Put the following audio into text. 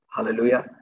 Hallelujah